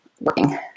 working